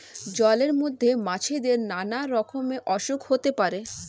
জলের মধ্যে মাছেদের নানা রকমের অসুখ হতে পারে